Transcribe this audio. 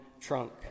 trunk